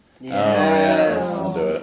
Yes